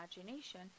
imagination